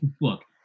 look